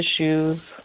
issues